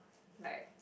like